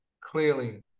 clearly